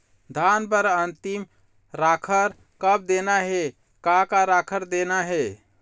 धान बर अन्तिम राखर कब देना हे, का का राखर देना हे?